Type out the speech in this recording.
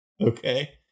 Okay